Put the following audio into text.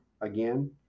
again